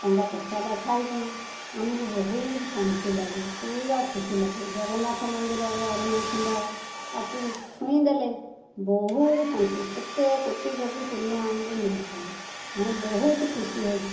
ତାଙ୍କ ପ୍ରସାଦ ଖାଇକରି ଆମକୁ ବହୁତ ଶାନ୍ତି ଲାଗେ ପୁରା ଖୁସି ଲାଗେ ଜଗନ୍ନାଥ ମନ୍ଦିର ଯେଉଁ ଅରୁଣ ଖୁମ୍ବ ତାକୁ ଛୁଇଁଦେଲେ ବହୁତ ଶାନ୍ତି କେତେ କୋଟି କୋଟି ପୁଣ୍ୟ ଆମକୁ ମିଳିଥାଏ ଆମେ ବହୁତ ଖୁସି ହେଉ